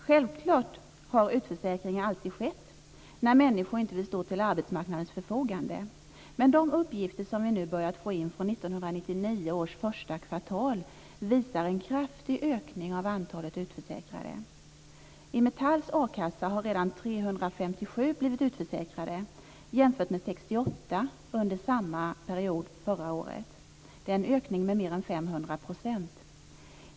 Självklart har utförsäkringar alltid skett när människor inte velat stå till arbetsmarknadens förfogande. Men de uppgifter som vi nu börjat att få in från 1999 års första kvartal visar en kraftig ökning av antalet utförsäkrade. I Metalls akassa har redan 357 personer blivit utförsäkrade jämfört med 68 under samma period förra året. Det är en ökning med mer än 500 %.